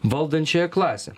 valdančiąją klasę